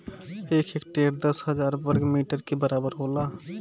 एक हेक्टेयर दस हजार वर्ग मीटर के बराबर होला